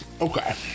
Okay